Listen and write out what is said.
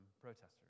protesters